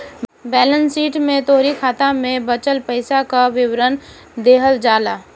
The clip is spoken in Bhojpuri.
बैलेंस शीट में तोहरी खाता में बचल पईसा कअ विवरण देहल जाला